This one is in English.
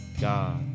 God